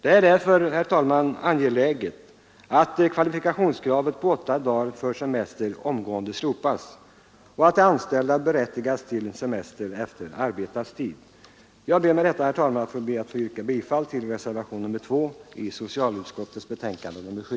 Därför är det angeläget att kvalifikationskravet på åtta dagar för semester omgående slopas och att de anställda berättigas till semester efter arbetad tid. Herr talman! Jag ber att få yrka bifall till reservationen 2 i socialutskottets betänkande nr 7.